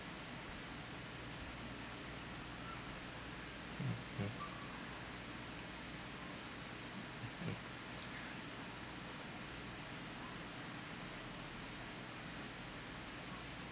mm yeah